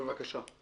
בבקשה.